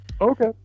Okay